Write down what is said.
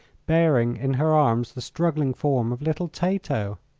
bearing in her arms the struggling form of little tato.